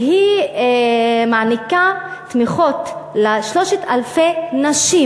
והיא מעניקה תמיכות ל-3,000 נשים.